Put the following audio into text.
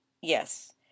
yes